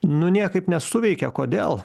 nu niekaip nesuveikė kodėl